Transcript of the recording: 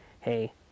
hey